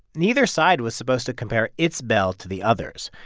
neither side was supposed to compare its bell to the other's,